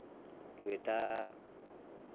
कि बेटा